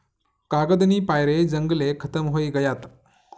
कागदनी पायरे जंगले खतम व्हयी गयात